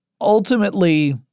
ultimately